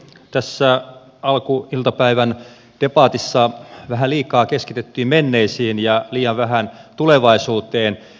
tässä alkuiltapäivän debatissa vähän liikaa keskityttiin menneeseen ja liian vähän tulevaisuuteen